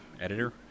editor